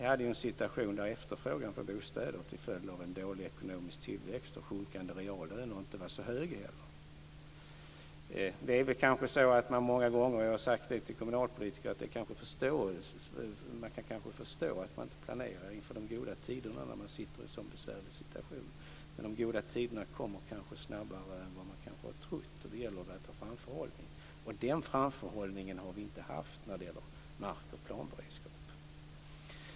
Vi hade ju en situation där efterfrågan på bostäder till följd av en dålig ekonomisk tillväxt och sjunkande reallöner inte heller var så hög. Det är väl kanske så som jag många gånger har sagt till kommunalpolitiker att man kan ha förståelse för att det är svårt att planera för de goda tiderna när man sitter i en sådan besvärlig situation. Men de goda tiderna kommer kanske snabbare än man trott. Då gäller det att ha framförhållning, och den framförhållningen har vi inte haft när det gäller mark och planberedskap.